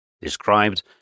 described